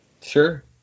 sure